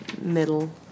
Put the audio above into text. middle